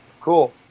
cool